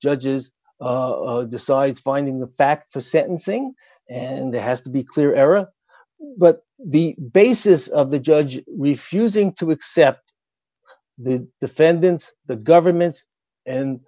judges decide finding the facts for sentencing and that has to be clear era but the basis of the judge refusing to accept the defendants the government's and